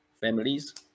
families